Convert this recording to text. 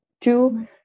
Two